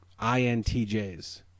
INTJs